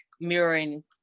mirroring